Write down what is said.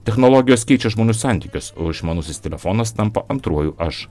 technologijos keičia žmonių santykius o išmanusis telefonas tampa antruoju aš